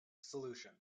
solution